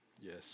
Yes